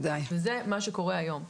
זה מה שקורה היום.